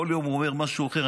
כל יום הוא אומר משהו אחר.